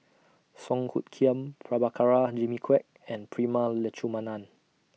Song Hoot Kiam Prabhakara Jimmy Quek and Prema Letchumanan